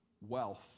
wealth